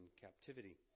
captivity